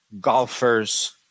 golfers